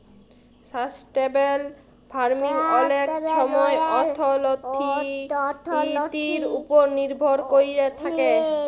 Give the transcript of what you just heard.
sustainable farming অলেক ছময় অথ্থলিতির উপর লির্ভর ক্যইরে থ্যাকে